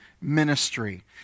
ministry